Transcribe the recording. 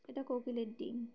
এটা কোকিলের ডিম